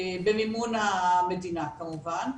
במימון המדינה כמובן.